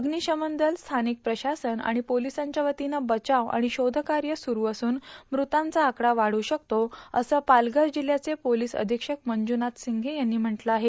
अग्निशमन दल स्थानिक प्रशासन आणि पोलिसांच्या वतीनं बचाव आणि शोधकार्य सुरू असून मृतांचा आकडा वादू शकतो असं पालघर जिल्हयाचे पोलीस अधीक्षक मंजूनाथ सिंघे यांनी म्हटलं आहे